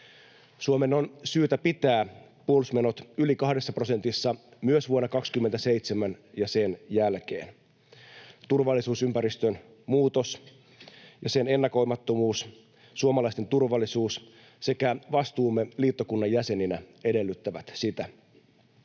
Suomen on syytä pitää puolustusmenot yli kahdessa prosentissa myös vuonna 27 ja sen jälkeen. Turvallisuusympäristön muutos ja sen ennakoimattomuus, suomalaisten turvallisuus sekä vastuumme liittokunnan jäseninä edellyttävät sitä.